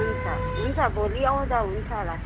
हुन्छ हुन्छ भोलि आउँदा हुन्छ होला